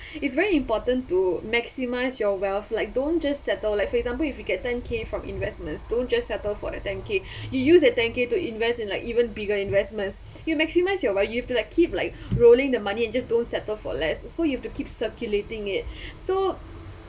it's very important to maximise your wealth like don't just set though like for example you get ten K from investments don't just settle for that ten K you use the ten K to invest in like even bigger investments you maximize your wealth you have to like keep like rolling the money and just don't settle for less so you have to keep circulating it so